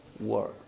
work